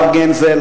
הרב גנזל,